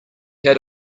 had